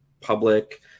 public